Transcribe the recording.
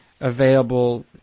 available